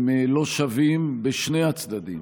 הם לא שווים בשני הצדדים.